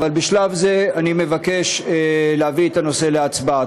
אבל בשלב זה אני מבקש להביא את הנושא להצבעה.